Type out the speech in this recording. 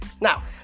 Now